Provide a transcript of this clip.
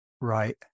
Right